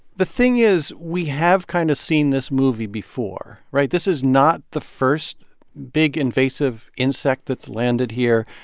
the thing is we have kind of seen this movie before, right? this is not the first big invasive insect that's landed here,